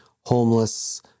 homeless